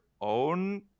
own